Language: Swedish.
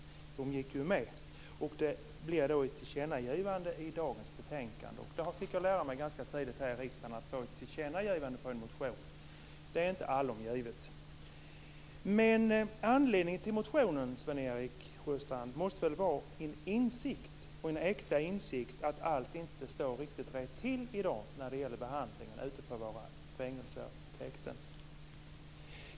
De gick ju med, och det blev ett tillkännagivande i dagens betänkande. Jag fick lära mig ganska tidigt här i riksdagen att detta att få ett tillkännagivande med anledning av en motion inte är allomgivet. Anledningen till motionen, Sven-Erik Sjöstrand, måste väl ändå vara en äkta insikt att allt inte står riktigt rätt till i dag när det gäller behandlingen ute på våra fängelser och häkten.